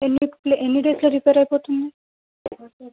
ఎన్ని డేస్లో రిపేర్ అయిపోతుంది